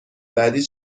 بعدی